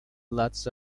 lots